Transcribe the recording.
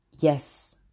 yes